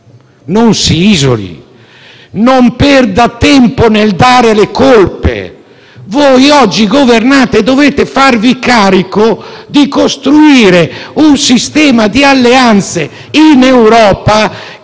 in Europa e non perda tempo nel dare le colpe. Voi oggi governate e dovete farvi carico di costruire un sistema di alleanze in Europa